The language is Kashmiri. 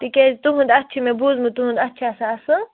تِکیٛازِ تُہُنٛد اَتھِ چھِ مےٚ بوٗزمُت تُہُنٛد اَتھٕ چھُ آسان اَصٕل